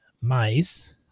mice